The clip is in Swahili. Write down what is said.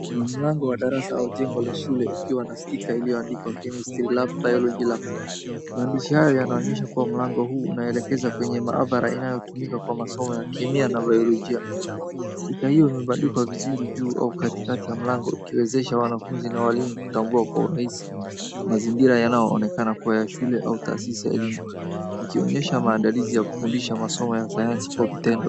Ni mlango wa darasa au jengo lo shule ukiwa na sticker iliyoandikwa chemistry lab, biology lab , maandishi hayo yanaonyesha kuwa mlango huu unaelekeza kwenye maabara inayotumika kwa masomo ya kemia na biolojia, sticker hiyo imebandikwa vizuri juu au katikati ya mlango ukiwezesha wanafunzi na walimu kutambua kwa urahisi mazingira yanayoonekana kuwa ya shule au taasisi ya elimu, ikionyesha maandalizi ya kufundisha masomo ya sayansi kwa vitendo.